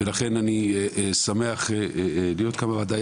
ולכן אני שמח להיות כאן בוועדה,